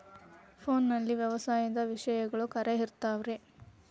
ಫೋನಲ್ಲಿ ವ್ಯವಸಾಯದ ವಿಷಯಗಳು ಖರೇ ಇರತಾವ್ ರೇ?